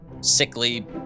sickly